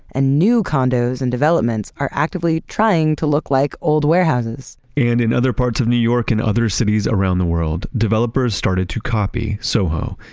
and new condos and developments are actively trying to look like old warehouses and, in other parts of new york and other cities around the world, developers started to copy soho.